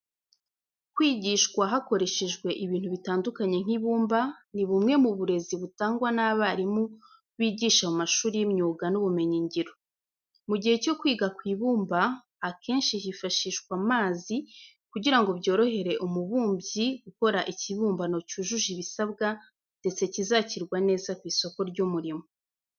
Kwigishwa hakoreshejwe ibintu bitandukanye nk'ibumba, ni bumwe mu burezi butangwa n'abarimu bigisha mu mashuri y'imyuga n'ubumenyingiro. Mu gihe cyo kwiga ku bumba, akenshi hifashishwa amazi kugira ngo byorohere umubumbyi gukora ikibumbano cyujuje ibisabwa ndetse kizakirwa neza ku isoko ry'umurimo.